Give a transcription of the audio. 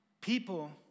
People